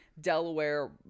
Delaware